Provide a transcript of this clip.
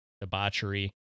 debauchery